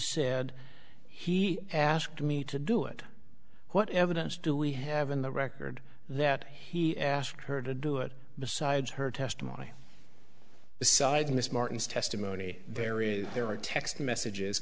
said he asked me to do it what evidence do we have in the record that he asked her to do it besides her testimony besides in this martin's testimony there is there are text messages